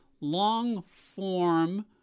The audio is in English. long-form